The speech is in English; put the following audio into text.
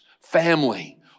family